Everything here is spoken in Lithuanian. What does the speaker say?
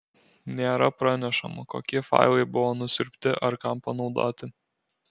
nėra pranešama kokie failai buvo nusiurbti ar kam panaudoti